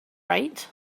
right